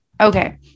Okay